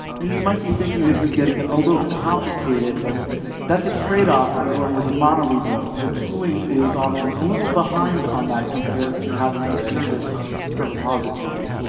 and you might be thinking this is getting a a little complicated, but that's a trade-off from going with a monorepo. the tooling is often a little behind on that compared to having a service per repository.